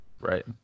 Right